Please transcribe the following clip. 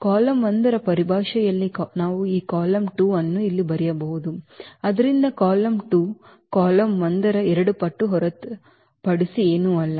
column 1 ರ ಪರಿಭಾಷೆಯಲ್ಲಿ ನಾವು ಈ ಕಾಲಮ್ 2 ಅನ್ನು ಇಲ್ಲಿ ಬರೆಯಬಹುದು ಆದ್ದರಿಂದ ಕಾಲಮ್ 2 ಕಾಲಮ್ 1 ರ ಎರಡು ಪಟ್ಟು ಹೊರತುಪಡಿಸಿ ಏನೂ ಅಲ್ಲ